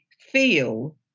feel